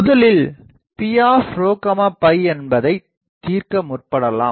முதலில் P என்பதைத் தீர்க்க முற்படலாம்